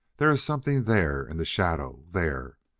there is something there in the shadow there!